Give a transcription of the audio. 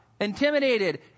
Intimidated